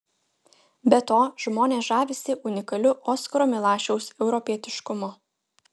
be to žmonės žavisi unikaliu oskaro milašiaus europietiškumu